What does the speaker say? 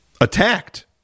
attacked